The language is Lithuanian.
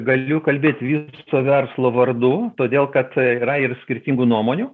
galiu kalbėt viso verslo vardu todėl kad yra ir skirtingų nuomonių